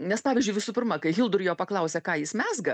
nes pavyzdžiui visų pirma kai hildur jo paklausia ką jis mezga